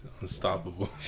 Unstoppable